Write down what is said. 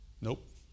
Nope